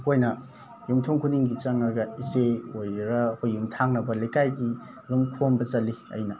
ꯑꯩꯈꯣꯏꯅ ꯌꯨꯝꯊꯣꯡ ꯈꯨꯗꯤꯡꯒꯤ ꯆꯪꯉꯒ ꯏꯆꯦ ꯑꯣꯏꯒꯦꯔꯥ ꯑꯩꯈꯣꯏꯒꯤ ꯌꯨꯝꯊꯪꯅꯕ ꯂꯩꯀꯥꯏꯒꯤ ꯑꯗꯨꯝ ꯈꯣꯝꯕ ꯆꯠꯂꯤ ꯑꯩꯅ